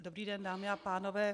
Dobrý den dámy a pánové.